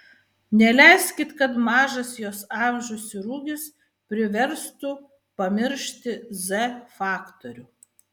neleiskit kad mažas jos amžius ir ūgis priverstų pamiršti z faktorių